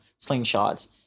slingshots